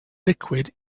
liquid